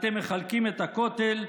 אתם מחלקים את הכותל,